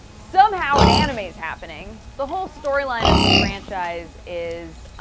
somehow, an anime is happening. the whole storyline of the franchise is,